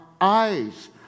eyes